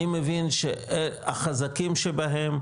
אני מבין שהחזקים שבהם,